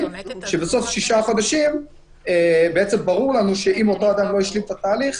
כשבסוף שישה החודשים ברור לנו שאם אותו אדם לא השלים את התהליך,